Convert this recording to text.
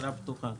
שנשארה פתוחה.